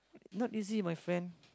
not easy my friend